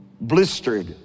blistered